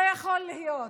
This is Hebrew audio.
לא יכול להיות.